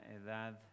edad